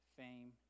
fame